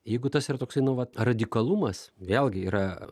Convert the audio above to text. jeigu tas yra toksai nu vat radikalumas vėlgi yra